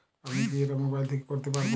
আমি কি এটা মোবাইল থেকে করতে পারবো?